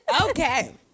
Okay